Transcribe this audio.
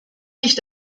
nicht